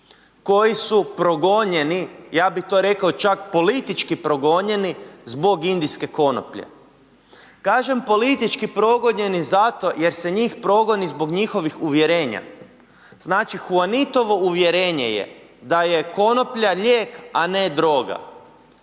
koji su progonjeni, ja bi to rekao čak politički progonjeni zbog indijske konoplje. Kažem politički progonjeni zato jer se njih progoni zbog njihovih uvjerenja. Znači Huanitovo uvjerenje je da je konoplja lijek, a ne droga